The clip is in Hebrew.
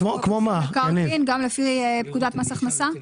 לא רק חוק מקרקעין אלא גם לפי פקודת מס הכנסה?